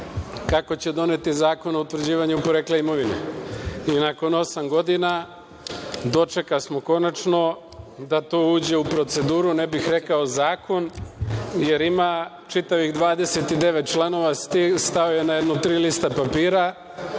kako će doneti zakon o utvrđivanju porekla imovine. Nakon osam godina dočekasmo konačno da to uđe u proceduru, ne bih rekao zakon, jer ima čitavih 29 članova, stao je na jedno tri lista papira,